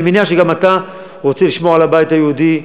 אני מניח שגם אתה רוצה לשמור על הבית היהודי,